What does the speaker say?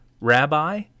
Rabbi